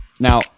now